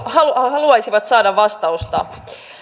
haluaisivat saada vastausta